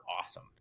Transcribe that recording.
awesome